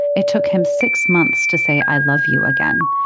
it took him six months to say i love you again.